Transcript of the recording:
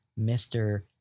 Mr